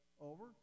over